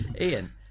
Ian